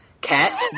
Cat